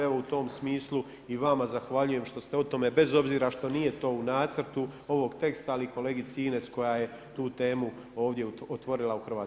Evo u tom smislu i vama zahvaljujem što ste o tome bez obzira što nije to u nacrtu ovog teksta, ali kolegici Ines koja je tu temu ovdje otvorila u Hrvatskom saboru.